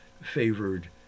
favored